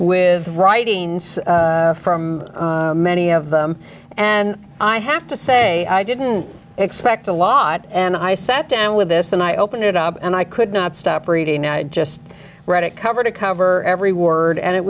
with writing from many of them and i have to say i didn't expect a lot and i sat down with this and i opened it up and i could not stop reading now i just read it cover to cover every word and it